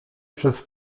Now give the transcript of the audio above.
przez